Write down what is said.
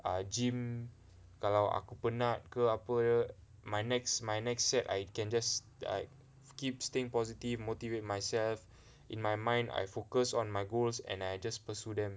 err gym kalau aku penat ke apa my next my next set I can just err keep staying positive motivate myself in my mind I focus on my goals and I just pursue them